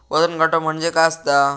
वजन काटो म्हणजे काय असता?